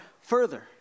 further